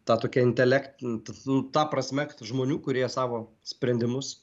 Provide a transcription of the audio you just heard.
ta tokia intelektine ta prasme žmonių kurie savo sprendimus